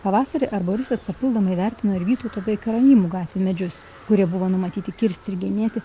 pavasarį arboristas papildomai vertino ir vytauto bei karaimų gatvių medžius kurie buvo numatyti kirsti ir genėti